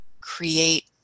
create